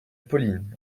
pauline